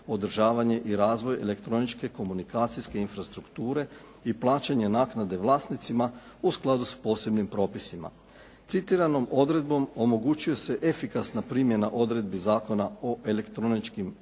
održavanje i razvoj elektroničke komunikacijske infrastrukture i plaćanje naknade vlasnicima u skladu s posebnim propisima. Citiranom odredom omogućuje se efikasna primjena odredbi Zakona o elektroničkim komunikacijskim